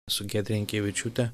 su giedre jankevičiūte